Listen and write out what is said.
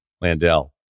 Landell